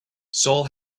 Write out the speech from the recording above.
seoul